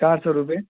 चार सौ रुपियाँ